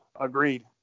Agreed